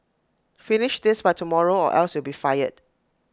finish this by tomorrow or else you will be fired